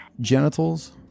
genitals